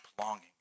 longing